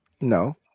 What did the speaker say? No